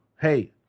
hey